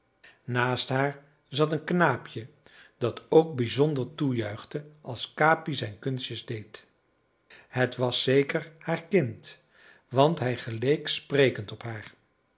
naast haar zat een knaapje dat ook bijzonder toejuichte als capi zijn kunstjes deed het was zeker haar kind want hij geleek sprekend op haar